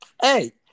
Hey